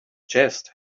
chest